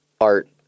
art